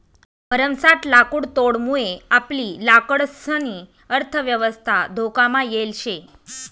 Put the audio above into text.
भरमसाठ लाकुडतोडमुये आपली लाकडंसनी अर्थयवस्था धोकामा येल शे